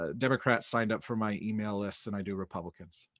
ah democrats signed up for my email list than i do republicans.